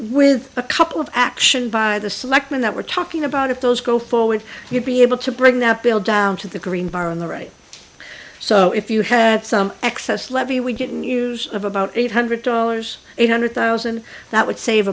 with a couple of action by the selectmen that we're talking about if those go forward you'd be able to bring that bill down to the green bar on the right so if you have some excess levy we get in use of about eight hundred dollars eight hundred thousand that would save